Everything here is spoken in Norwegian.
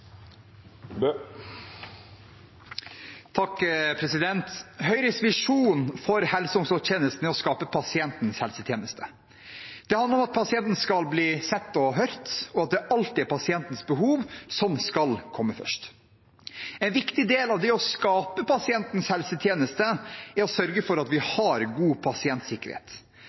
Høyres visjon for helse- og omsorgstjenesten er å skape pasientens helsetjeneste. Det handler om at pasienten skal bli sett og hørt, og at det alltid er pasientens behov som skal komme først. En viktig del av det å skape pasientens helsetjeneste er å sørge for at vi har god pasientsikkerhet.